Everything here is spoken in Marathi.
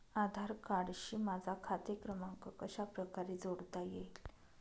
आधार कार्डशी माझा खाते क्रमांक कशाप्रकारे जोडता येईल?